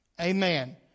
Amen